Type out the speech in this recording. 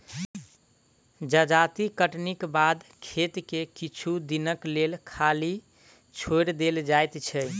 जजाति कटनीक बाद खेत के किछु दिनक लेल खाली छोएड़ देल जाइत छै